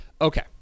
okay